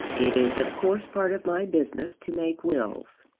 it is of course part of my business to make wills,